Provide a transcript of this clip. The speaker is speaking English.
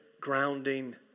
grounding